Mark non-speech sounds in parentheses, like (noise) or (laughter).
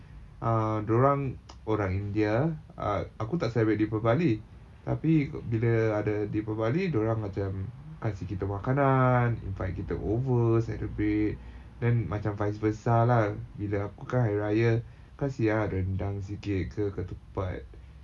uh dia orang (noise) orang india aku tak celebrate deepavali tapi bila ada deepavali dia orang macam kasih kita makanan invite kita over celebrate then macam vice versa lah bila aku kan hari raya kasih ah rendang sikit ketupat